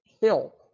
Hill